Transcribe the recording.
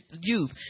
youth